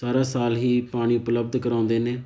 ਸਾਰਾ ਸਾਲ ਹੀ ਪਾਣੀ ਉਪਲਬਧ ਕਰਵਾਉਂਦੇ ਨੇ